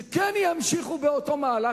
שכן ימשיכו באותו מהלך,